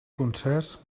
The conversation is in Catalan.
concerts